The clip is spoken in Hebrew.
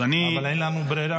אבל אין לנו ברירה.